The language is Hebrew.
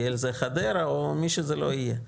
אם זה חדרה או מי שזה לא יהיה.